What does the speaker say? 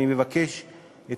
אני מבקש את